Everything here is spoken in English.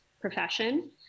profession